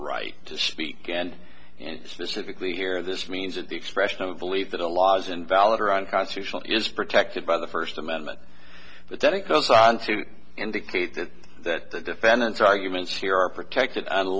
right to speak and and specifically here this means that the expression of belief that a law is invalid or unconstitutional is protected by the first amendment but then it goes on to indicate that that the defendant's arguments here are protected